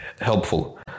helpful